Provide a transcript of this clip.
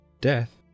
death